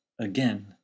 again